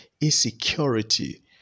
insecurity